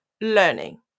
learning